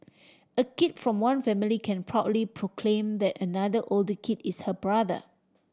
a kid from one family can proudly proclaim that another older kid is her brother